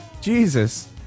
Jesus